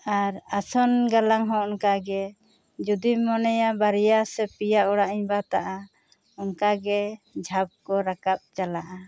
ᱟᱨ ᱟᱥᱚᱱ ᱜᱟᱞᱟᱝ ᱦᱚᱸ ᱚᱱᱠᱟ ᱜᱮ ᱡᱩᱫᱤᱢ ᱢᱚᱱᱮᱭᱟ ᱵᱟᱨᱭᱟ ᱥᱮ ᱯᱮᱭᱟ ᱚᱲᱟᱜ ᱤᱧ ᱵᱟᱛᱟᱜᱼᱟ ᱚᱱᱠᱟ ᱜᱮ ᱡᱷᱟᱯ ᱠᱚ ᱨᱟᱠᱟᱵᱽ ᱪᱟᱞᱟᱜᱼᱟ